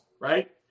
right